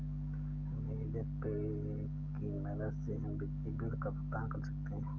Amazon Pay की मदद से हम बिजली बिल का भुगतान कर सकते हैं